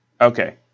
Okay